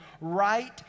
right